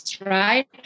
Right